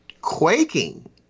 quaking